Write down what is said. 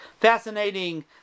Fascinating